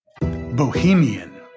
Bohemian